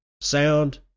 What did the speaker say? sound